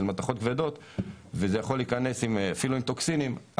מתכות כבדות וזה יכול להיכנס אפילו עם טוקסינים,